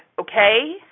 okay